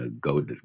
go